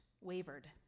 wavered